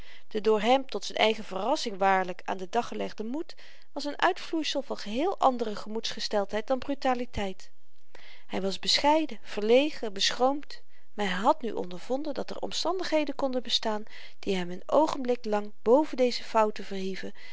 de door hem tot z'n eigen verrassing waarlyk aan den dag gelegde moed was n uitvloeisel van geheel àndere gemoedsgesteldheid dan brutaliteit hy was bescheiden verlegen beschroomd maar hy had nu ondervonden dat er omstandigheden konden bestaan die hem n oogenblik lang boven deze fouten verhieven